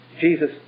Jesus